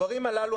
הדברים הללו,